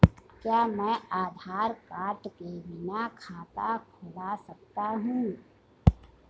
क्या मैं आधार कार्ड के बिना खाता खुला सकता हूं?